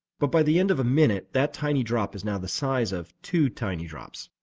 but by the end of a minute, that tiny drop is now the size of two tiny drops.